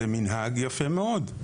זה מנהג יפה מאוד.